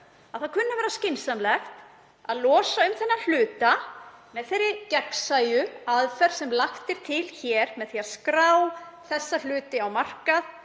að það kunni að vera skynsamlegt að losa um þennan hlut með þeirri gegnsæju aðferð sem lögð er til hér, með því að skrá þennan hlut á markað